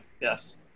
Yes